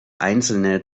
einzelne